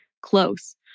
close